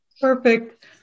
Perfect